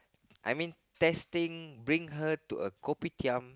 I mean testing bring her to a Koptiam